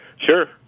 Sure